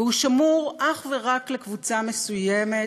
והוא שמור אך ורק לקבוצה מסוימת.